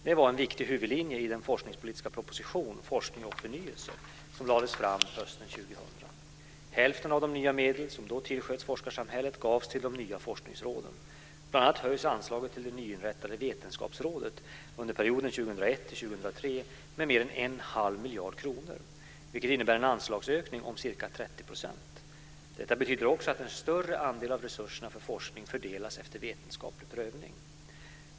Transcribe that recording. Det var en viktig huvudlinje i den forskningspolitiska proposition Forskning och förnyelse 2001-2003 med mer än en halv miljard kronor, vilket innebär en anslagsökning om ca 30 %. Detta betyder också att en större andel av resurserna för forskning fördelas efter vetenskaplig prövning.